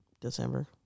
December